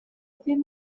ddim